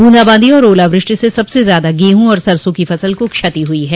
बूंदाबांदी और ओलावृष्टि से सबसे ज्यादा गेहूँ और सरसों की फसलों को क्षति हुई है